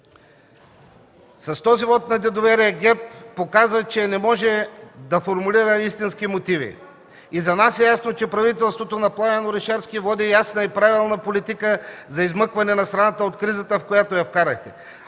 С този вот на недоверие ГЕРБ показа, че не може да формулира истински мотиви и за нас е ясно, че правителството на Пламен Орешарски води ясна и правилна политика за измъкване на страната от кризата, в която я вкарахте.